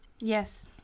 Yes